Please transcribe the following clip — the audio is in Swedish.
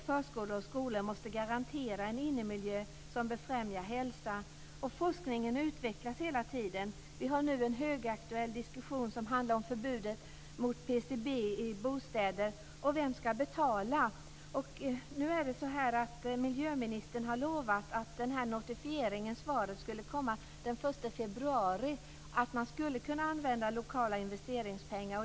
Förskolor och skolor måste garantera en innemiljö som befrämjar hälsa. Forskningen utvecklas hela tiden. Vi har nu en högaktuell diskussion som handlar om förbudet mot PCB i bostäder och om vem som ska betala. Miljöministern har lovat att den här notifierigen, svaret, skulle komma den 1 februari. Det gäller om man skulle kunna använda lokala investeringspengar.